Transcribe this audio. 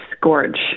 gorge